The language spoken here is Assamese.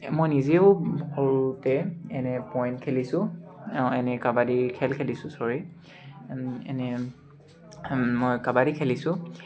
মই নিজেও সৰুতে এনে পইণ্ট খেলিছোঁ অঁ এনে কাবাডী খেল খেলিছোঁ ছৰী এনে মই কাবাডী খেলিছোঁ